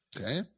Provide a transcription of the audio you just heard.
Okay